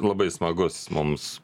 labai smagus mums